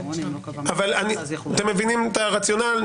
אתם מבינים את הרציונל?